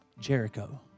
Jericho